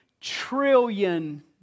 trillion